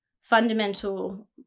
fundamental